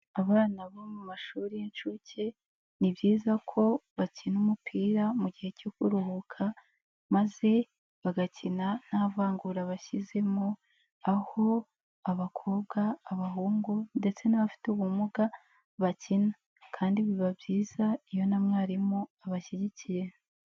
Abana bo mu mashuri y'incuke ni byiza ko bakina umupira mu gihe cyo kuruhuka maze bagakina nta vangura bashyizemo aho abakobwa, abahungu, ndetse n'abafite ubumuga bakina kandi biba byiza iyo na mwarimu abashyigikiye.